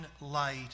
light